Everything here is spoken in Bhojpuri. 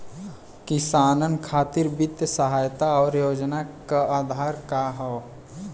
किसानन खातिर वित्तीय सहायता और योजना क आधार का ह?